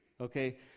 Okay